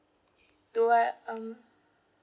do I um